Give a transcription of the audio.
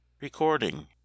Recording